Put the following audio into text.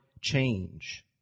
change